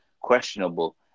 questionable